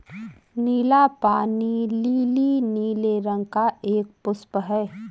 नीला पानी लीली नीले रंग का एक पुष्प है